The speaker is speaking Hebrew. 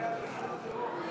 ההסתייגויות לסעיף 37,